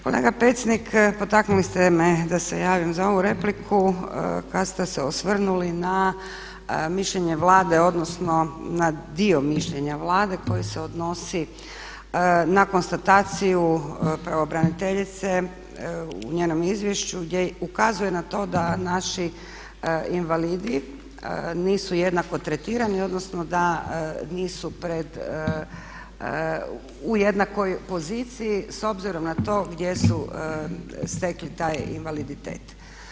Kolega Pecnik, potaknuli ste me da se javim za ovu repliku kada ste se osvrnuli na mišljenje Vlade odnosno na dio mišljenja Vlade koji se odnosi na konstataciju pravobraniteljice u njenom izvješću gdje ukazuje na to da naši invalidi nisu jednako tretirani odnosno da nisu u jednakoj poziciji s obzirom na to gdje su stekli taj invaliditet.